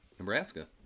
Nebraska